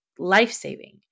Life-saving